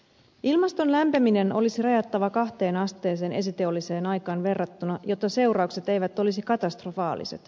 ilmaston lämpeneminen olisi rajattava kahteen asteeseen esiteolliseen aikaan verrattuna jotta seuraukset eivät olisi katastrofaaliset